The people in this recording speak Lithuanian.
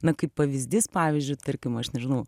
na kaip pavyzdys pavyzdžiui tarkim aš nežinau